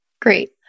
Great